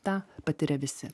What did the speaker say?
tą patiria visi